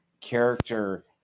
character